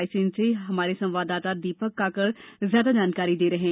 रायसेन से संवाददाता दीपक कांकर ज्यादा जानकारी दे रहे हैं